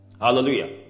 Hallelujah